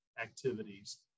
activities